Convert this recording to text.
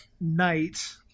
night